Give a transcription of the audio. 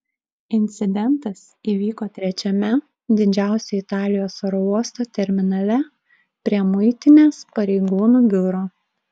incidentas įvyko trečiame didžiausio italijos oro uosto terminale prie muitinės pareigūnų biuro